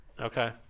Okay